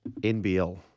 NBL